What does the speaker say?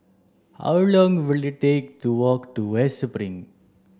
how long will it take to walk to West Spring